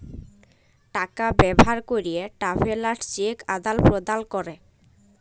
টাকা ব্যবহার ক্যরে ট্রাভেলার্স চেক আদাল প্রদালে ক্যরে